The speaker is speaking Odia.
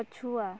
ପଛୁଆ